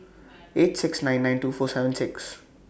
eight six nine nine two four seven six